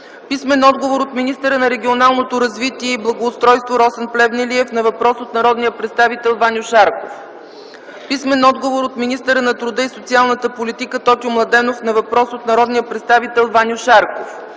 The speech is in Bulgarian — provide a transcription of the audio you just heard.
писмен отговор от министъра на регионалното развитие и благоустройството Росен Плевнелиев на въпрос от народния представител Ваньо Шарков; - писмен отговор от министъра на труда и социалната политика Тотю Младенов на въпрос от народния представител Ваньо Шарков;